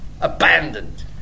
abandoned